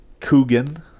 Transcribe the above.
Coogan